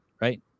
right